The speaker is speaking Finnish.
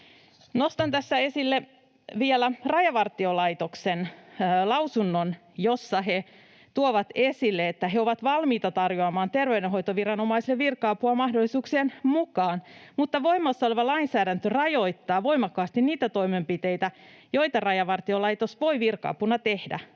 Nostan tässä esille vielä Rajavartiolaitoksen lausunnon, jossa he tuovat esille, että he ovat valmiita tarjoamaan terveydenhoitoviranomaisille virka-apua mahdollisuuksien mukaan, mutta voimassa oleva lainsäädäntö rajoittaa voimakkaasti niitä toimenpiteitä, joita Rajavartiolaitos voi virka-apuna tehdä.